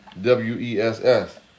W-E-S-S